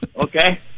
okay